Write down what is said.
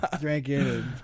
drinking